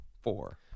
four